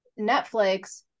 netflix